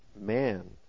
man